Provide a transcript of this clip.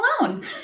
alone